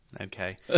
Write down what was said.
Okay